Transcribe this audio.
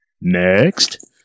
Next